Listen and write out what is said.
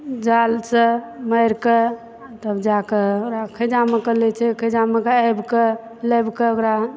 जाल सऽ मारि कऽ आ तब जाए कऽ ओकरा खैजा मे लै छै खैजामे लए कऽ आबि कऽ लाइब कऽ ओकरा